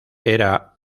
era